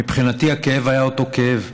מבחינתי הכאב היה אותו כאב,